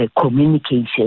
communication